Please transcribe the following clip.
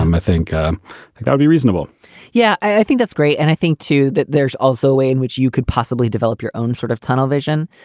um i think i'll be reasonable yeah, i think that's great. and i think, too, that there's also a way in which you could possibly develop your own sort of tunnel vision.